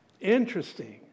Interesting